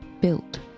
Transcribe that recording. built